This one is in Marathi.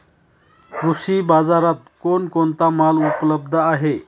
कृषी बाजारात कोण कोणता माल उपलब्ध आहे?